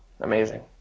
amazing